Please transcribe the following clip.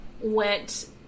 went